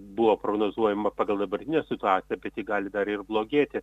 buvo prognozuojama pagal dabartinę situaciją kad ji gali dar ir blogėti